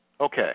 okay